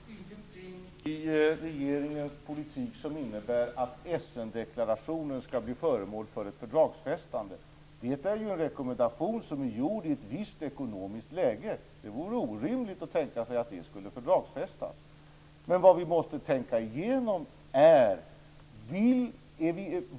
Herr talman! Ingenting i regeringens politik innebär att Essendeklarationen skall bli föremål för ett fördragsfästande. Det är ju en rekommendation som är gjord i ett visst ekonomiskt läge. Det vore orimligt att tänka sig att det skulle fördragsfästas. Däremot måste vi tänka igenom här.